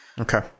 Okay